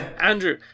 Andrew